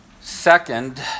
Second